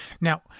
Now